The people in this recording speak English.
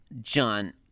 John